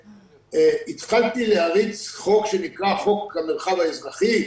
התחלתי להריץ חוק שנקרא חוק המרחב האזרחי,